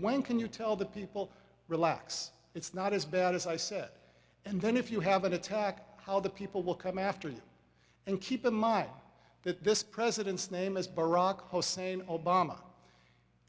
when can you tell the people relax it's not as bad as i said and then if you have an attack how the people will come after you and keep in mind that this president's name is barack hussein obama